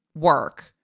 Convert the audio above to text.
work